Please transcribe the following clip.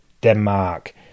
Denmark